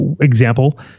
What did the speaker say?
example